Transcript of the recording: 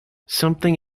something